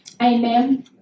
Amen